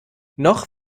noch